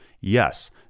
Yes